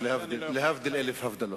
את רעיון העובדים.